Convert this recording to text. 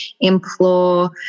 implore